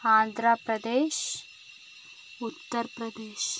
Andhra Pradesh Uttar Pradesh